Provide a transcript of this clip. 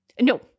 No